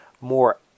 more